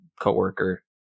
coworker